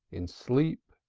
in sleep,